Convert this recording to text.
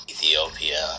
Ethiopia